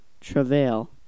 travail